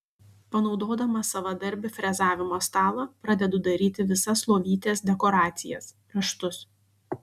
panaudodamas savadarbį frezavimo stalą pradedu daryti visas lovytės dekoracijas raštus